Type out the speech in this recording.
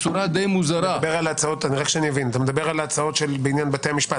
--- אתה מדבר על ההצעות בעניין בתי המשפט,